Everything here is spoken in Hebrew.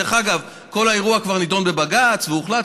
דרך אגב, כל האירוע כבר נדון בבג"ץ והוחלט.